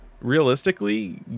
realistically